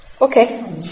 okay